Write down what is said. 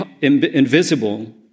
invisible